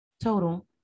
total